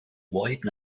wide